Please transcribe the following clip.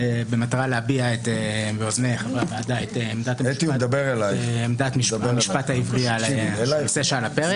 במטרה להביע באוזני חברי הוועדה את עמדת המשפט העברי על הנושא שעל הפרק.